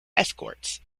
escorts